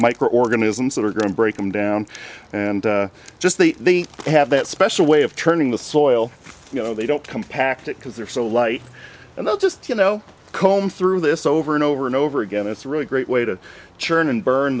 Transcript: microorganisms that are going to break them down and just the they have that special way of turning the soil you know they don't compact it because they're so light and they'll just you know comb through this over and over and over again it's really a great way to churn and burn